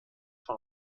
von